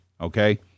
okay